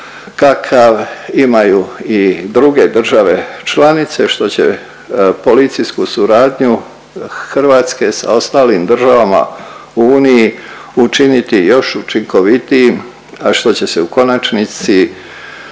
kakav imaju i druge države članice, što će policijsku suradnju Hrvatske sa ostalim državama u uniji učiniti još učinkovitijim, a što će se u konačnici